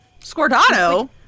Scordato